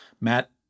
Matt